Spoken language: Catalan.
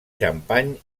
xampany